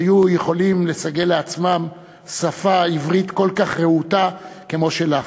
היו יכולים לסגל לעצמם שפה עברית כל כך רהוטה כמו שלך.